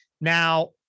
now